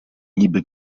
niby